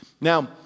Now